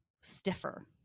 stiffer